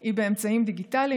היא באמצעים דיגיטליים.